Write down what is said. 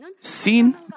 seen